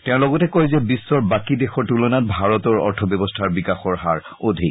তেওঁ লগতে কয় যে বিশ্বৰ বাকী দেশৰ তুলনাত ভাৰতৰ অৰ্থ ব্যৱস্থাৰ বিকাশৰ হাৰ অধিক